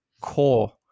core